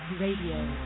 Radio